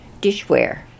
dishware